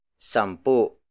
Sampu